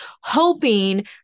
hoping